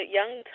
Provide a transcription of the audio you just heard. Young